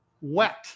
wet